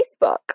Facebook